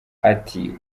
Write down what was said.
ati